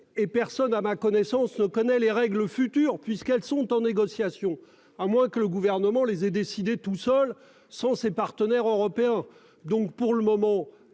et personne à ma connaissance ne connaît les règles futur puisqu'elles sont en négociation. À moins que le gouvernement les ait décidé tout seul sans ses partenaires européens. Donc pour le moment,